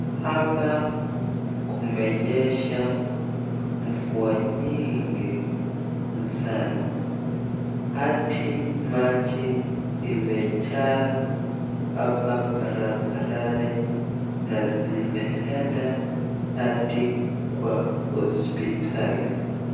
Hapa kumenyesha mvua nyingi sana hadi maji imejaa hapa barabarani na zimeenda hadi kwa hospitali.